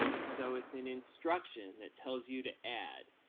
so it's an instruction that tells you to add.